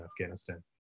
Afghanistan